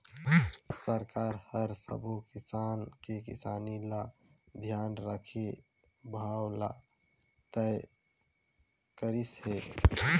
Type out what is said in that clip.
सरकार हर सबो किसान के किसानी ल धियान राखके भाव ल तय करिस हे